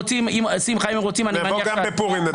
שמחה, אם רוצים --- נבוא גם בפורים.